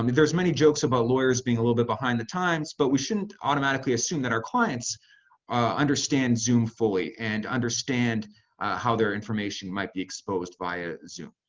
i mean there's many jokes about lawyers being a little bit behind the times. but we shouldn't automatically assume that our clients understand zoom fully and understand how their information might be exposed via zoom.